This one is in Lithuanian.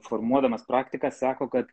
formuodamas praktiką sako kad